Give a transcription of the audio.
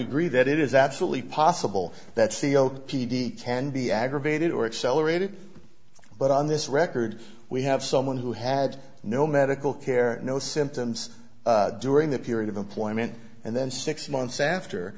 agree that it is absolutely possible that c o p d can be aggravated or accelerated but on this record we have someone who had no medical care no symptoms during that period of employment and then six months after